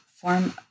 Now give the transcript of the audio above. form